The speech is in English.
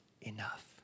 enough